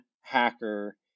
hacker